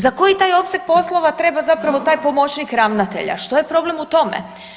Za koji taj opseg poslova treba zapravo taj pomoćnik ravnatelja, što je problem u tome?